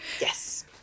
yes